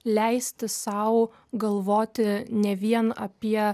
leisti sau galvoti ne vien apie